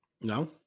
No